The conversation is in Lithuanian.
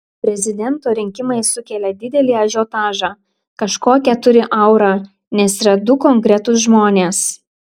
prezidento rinkimai sukelia didelį ažiotažą kažkokią turi aurą nes yra du konkretūs žmonės